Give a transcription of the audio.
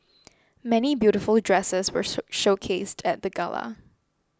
many beautiful dresses were show showcased at the gala